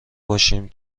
باشیم